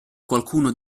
qualcuno